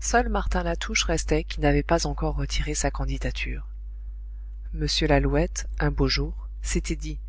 seul martin latouche restait qui n'avait pas encore retiré sa candidature m lalouette un beau jour s'était dit